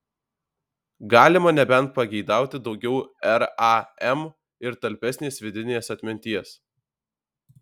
galima nebent pageidauti daugiau ram ir talpesnės vidinės atminties